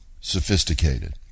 sophisticated